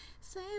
Say